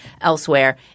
elsewhere